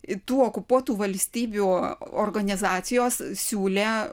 tų okupuotų valstybių organizacijos siūlė